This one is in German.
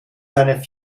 seine